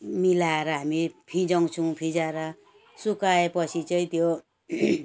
मिलाएर हामी फिजाउँछौँ फिँजाएर सुकाए पछि चाहिँ त्यो